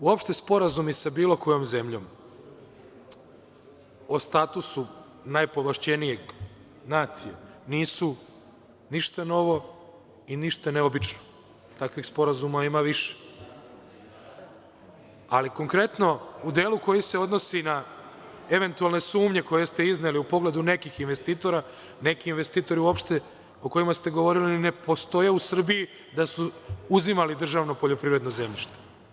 Uopšte, sporazumi sa bilo kojom zemljom o statusu najpovlašćenije nacije nisu ništa novo i ništa neobično, takvih sporazuma ima više, ali konkretno u delu koji se odnosi na eventualne sumnje koje ste izneli u pogledu nekih investitora, neki investitori o kojima ste govorili uopšte ne postoje u Srbiji da su uzimali državno poljoprivredno zemljište.